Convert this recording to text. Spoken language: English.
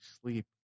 sleep